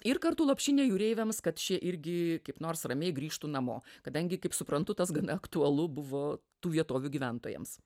ir kartu lopšinė jūreiviams kad ši irgi kaip nors ramiai grįžtų namo kadangi kaip suprantu tas gana aktualu buvo tų vietovių gyventojams